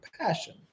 passion